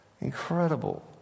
incredible